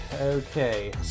Okay